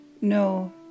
no